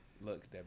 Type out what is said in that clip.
Look